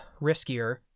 riskier